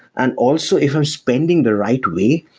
and also if i'm spending the right way.